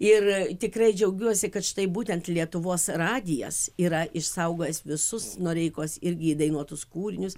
ir tikrai džiaugiuosi kad štai būtent lietuvos radijas yra išsaugojęs visus noreikos irgi įdainuotus kūrinius